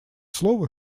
слово